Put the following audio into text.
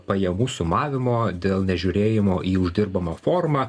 pajėgų sumavimo dėl nežiūrėjimo į uždirbamą formą